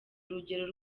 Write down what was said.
urugero